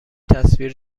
تصویر